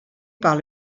par